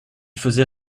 faisais